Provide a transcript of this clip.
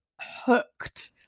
hooked